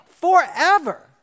forever